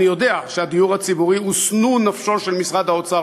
אני יודע שהדיור הציבורי הוא שנוא נפשו של משרד האוצר,